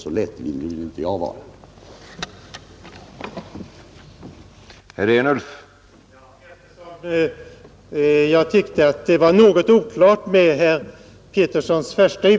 Så lättvindig vill jag inte vara.